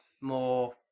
more